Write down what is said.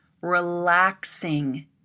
relaxing